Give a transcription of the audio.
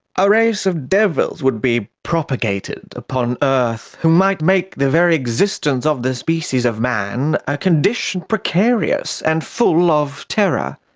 ah race of devils would be propagated upon earth who might make the very existence of the species of man a condition precarious and full of terror.